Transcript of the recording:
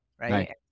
right